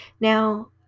Now